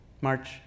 March